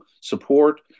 support